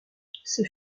ces